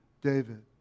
David